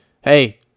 hey